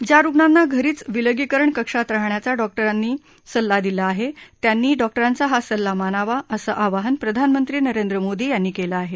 ज्या रुग्णांना घरीच विलगीकरण कक्षात राहण्याचा डॉक्टरांनी दिला आहे त्यांनी डॉक्टरांचा हा सल्ला मानावा असं आवाहन प्रधानमंत्री नरेंद्र मोदी यांनी केलं आहे